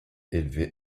élevé